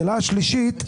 השאלה השלישית,